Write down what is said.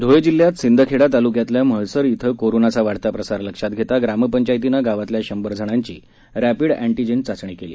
ध्रळे जिल्ह्यात शिंदखेडा तालुक्यातल्या म्हळसर श्रिं कोरोनाचा वाढता प्रसार लक्षात घेता ग्रामपंचायतीनं गावातल्या शंभर जणांची अँटीजेन टेस्ट केली